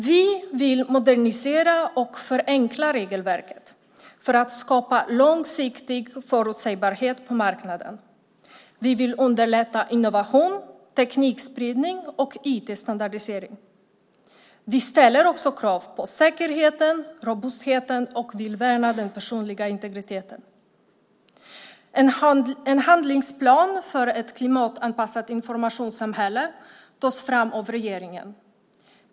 Vi vill modernisera och förenkla regelverket för att skapa långsiktig förutsägbarhet på marknaden. Vi vill underlätta innovation, teknikspridning och IT-standardisering. Vi ställer också krav på säkerheten, robustheten och vill värna den personliga integriteten. En handlingsplan för ett klimatanpassat informationssamhälle tas fram av regeringen.